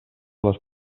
les